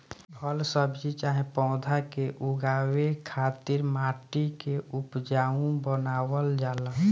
फल सब्जी चाहे पौधा के उगावे खातिर माटी के उपजाऊ बनावल जाला